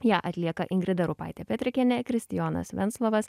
ją atlieka ingrida rupaitėpetrikienė kristijonas venslovas